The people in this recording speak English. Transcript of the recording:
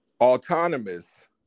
autonomous